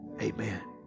amen